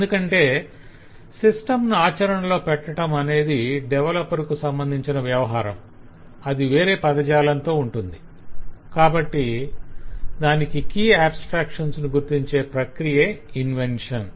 ఎందుకంటే సిస్టంను ఆచరణలో పెట్టటం అనేది డెవలపర్ కు సంబంధించిన వ్యవహారం అది వేరే పదజాలంతో ఉంటుంది కాబట్టి దాని కీ ఆబస్ట్రాక్షన్స్ ను గుర్తించే ప్రక్రియే ఇన్వెన్షన్